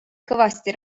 kõvasti